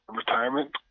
retirement